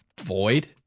void